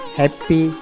happy